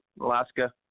Alaska